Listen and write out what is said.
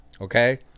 okay